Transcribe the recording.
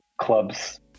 clubs